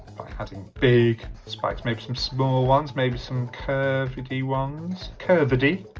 by adding big spikes maybe some small ones maybe some curvegy ones curvedy,